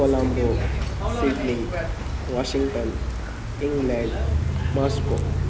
Colombo Sydney Washington England Moscow